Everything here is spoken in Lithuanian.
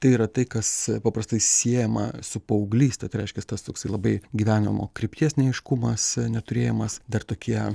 tai yra tai kas paprastai siejama su paauglyste tai reiškias tas toks labai gyvenimo krypties neaiškumas neturėjimas dar tokie